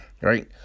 right